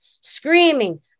screaming